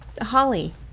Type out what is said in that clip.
Holly